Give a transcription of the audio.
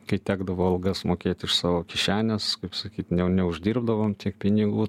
kai tekdavo algas mokėt iš savo kišenės kaip sakyt ne neuždirbdavom tiek pinigų